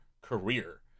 career